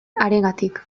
harengatik